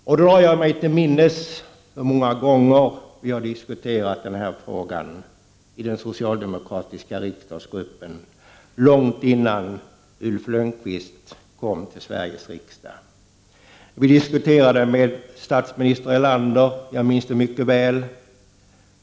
Då drar jag mig till minnes hur många gånger vi har diskuterat denna fråga i den socialdemokratiska riksdagsgruppen långt innan Ulf Lönnqvist kom in i Sveriges riksdag. Vi diskuterade med statsminister Erlander, jag minns det mycket väl.